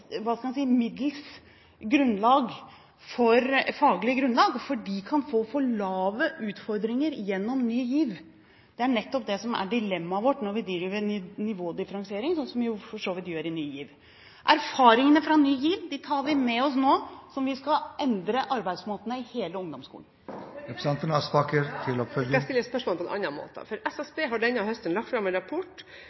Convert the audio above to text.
hva skal en si, middels faglig grunnlag, for de kan få for små utfordringer gjennom Ny GIV. Det er nettopp det som er dilemmaet vårt når vi driver med nivådifferensiering, som vi for så vidt gjør i Ny GIV. Erfaringene fra Ny GIV tar vi med oss nå som vi skal endre arbeidsmåtene i hele ungdomsskolen. Jeg skal stille spørsmålet på en annen måte.